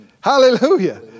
Hallelujah